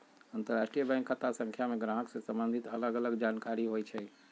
अंतरराष्ट्रीय बैंक खता संख्या में गाहक से सम्बंधित अलग अलग जानकारि होइ छइ